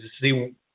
see